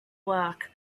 work